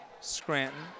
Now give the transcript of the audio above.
Scranton